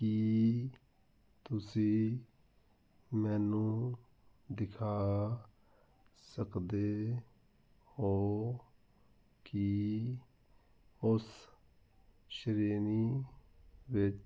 ਕੀ ਤੁਸੀਂ ਮੈਨੂੰ ਦਿਖਾ ਸਕਦੇ ਹੋ ਕਿ ਉਸ ਸ਼੍ਰੇਣੀ ਵਿੱਚ